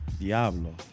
Diablo